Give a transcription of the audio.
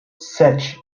sete